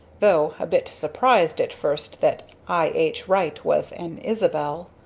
though a bit surprised at first that i. h. wright was an isabel.